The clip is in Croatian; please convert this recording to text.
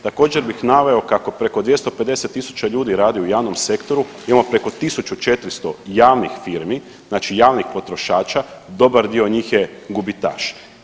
Također bih naveo kao preko 250.000 ljudi radi u javnom sektoru, imamo preko 1.400 javnih firmi, znači javnih potrošača, dobar dio njih je gubitaš.